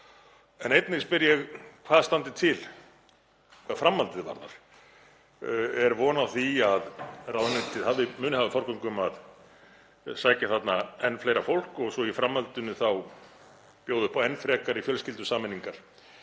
Einnig spyr ég hvað standi til hvað framhaldið varðar. Er von á því að ráðuneytið muni hafa forgöngu um að sækja þarna enn fleira fólk og svo í framhaldinu bjóða upp á enn frekari fjölskyldusameiningar,